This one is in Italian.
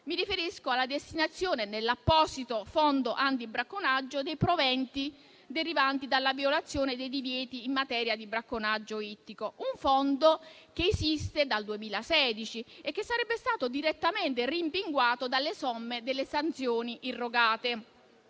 Mi riferisco alla destinazione nell'apposito fondo antibracconaggio dei proventi derivanti dalla violazione dei divieti in materia di bracconaggio ittico. Si tratta di un fondo che esiste dal 2016 e che sarebbe stato direttamente rimpinguato dalle somme delle sanzioni irrogate.